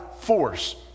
force